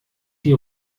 die